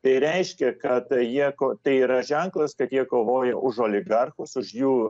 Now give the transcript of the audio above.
tai reiškia kad jie ko tai yra ženklas kad jie kovoja už oligarchus už jų